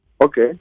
Okay